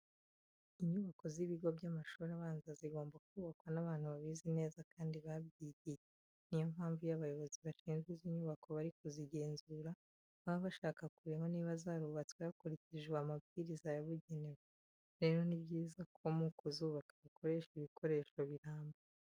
Inyubako z'ibigo by'amashuri abanza zigomba kubakwa n'abantu babizi neza kandi babyigiye. Niyo mpamvu iyo abayobozi bashinzwe izi nyubako bari kuzigenzura, baba bashaka kureba niba zarubatswe hakurikijwe amabwiriza yagenwe. Rero ni byiza ko mu kuzubaka bakoresha ibikoresho biramba.